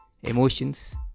emotions